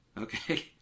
Okay